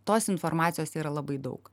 tos informacijos yra labai daug